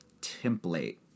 template